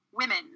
women